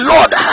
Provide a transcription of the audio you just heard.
Lord